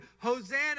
Hosanna